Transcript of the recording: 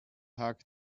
tag